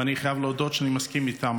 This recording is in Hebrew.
ואני חייב להודות שאני מסכים איתם.